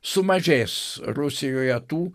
sumažės rusijoje tų